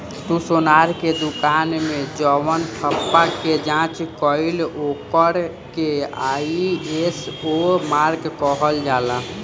तू सोनार के दुकान मे जवन ठप्पा के जाँच कईल ओकर के आई.एस.ओ मार्क कहल जाला